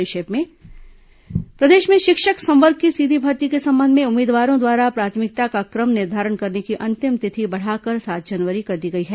संक्षिप्त समाचार प्रदेश में शिक्षक संवर्ग की सीधी भर्ती के संबंध में उम्मीदवारों द्वारा प्राथमिकता का क्रम निर्धारण करने की अंतिम तिथि बढ़ाकर सात जनवरी कर दी गई है